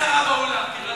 יש, יש שרה באולם, תירגע.